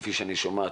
כפי שאני שומע,